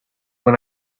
when